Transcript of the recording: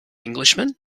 englishman